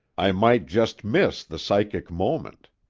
i might just miss the psychic moment.